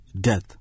death